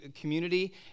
community